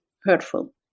hurtful